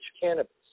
cannabis